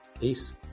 Peace